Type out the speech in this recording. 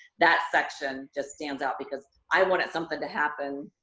that section just stands out, because i wanted something to happen